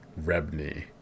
Rebney